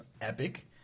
epic